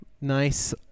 nice